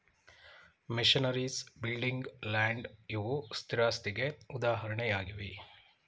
missionaries, building, land ಇವು ಸ್ಥಿರಾಸ್ತಿಗೆ ಉದಾಹರಣೆಯಾಗಿವೆ